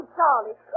Charlie